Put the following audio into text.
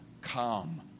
come